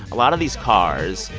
a lot of these cars,